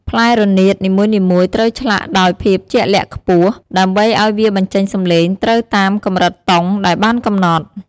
ផ្លែរនាតនីមួយៗត្រូវឆ្លាក់ដោយភាពជាក់លាក់ខ្ពស់ ដើម្បីឲ្យវាបញ្ចេញសម្លេងត្រូវតាមកម្រិតតុងដែលបានកំណត់។